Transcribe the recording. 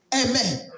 amen